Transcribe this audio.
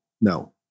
No